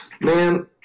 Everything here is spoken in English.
Man